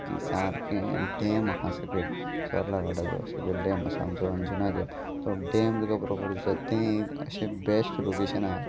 की सारकें डॅम आहा सकल चोर्ला घाटाचो सकल डॅम आसा आमचो अंजुना डॅम तो डॅम तुका बरोबर दिसोता तें एक अशें बेस्ट लोकेशन आहा